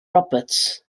roberts